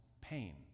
pain